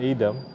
Adam